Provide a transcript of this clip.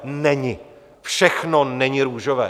Není, všechno není růžové.